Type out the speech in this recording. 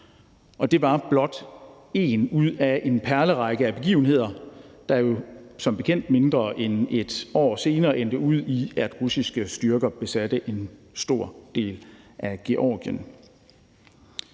Det var blot en ud af en perlerække af begivenheder, der som bekendt mindre end et år senere endte ud i, at russiske styrker besatte en stor del af Georgien.